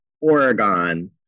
Oregon